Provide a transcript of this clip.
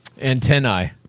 antennae